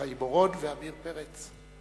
חיים אורון ועמיר פרץ.